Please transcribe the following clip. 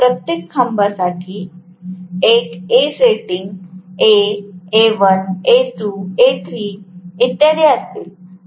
कारण प्रत्येक खांबासाठी एक A sitting A A1 A2 A3 इत्यादी असतील